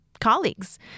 colleagues